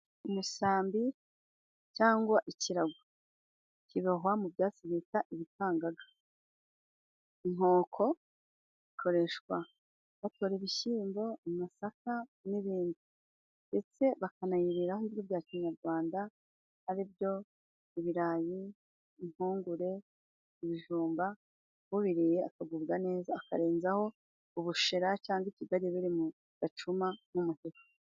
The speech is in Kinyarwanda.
Umusambi cyangwa ikirago kibohwa mu byatsi bita ibikangaga. Inkoko ikoreshwa bakora ibishyimbo, amasaka n'ibindi, ndetse bakanayiriraho ibiryo bya kinyarwanda ari byo ibirayi, impungure, ibijumba ubiriye akagubwa neza, akarenzaho ubushera cyangwa ikigage biri mu gacuma k'umutuku.